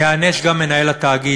ייענש גם מנהל התאגיד.